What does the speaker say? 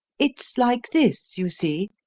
it's like this, you see,